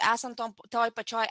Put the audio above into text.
esant toj pačioj